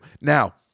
Now